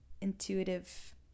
intuitive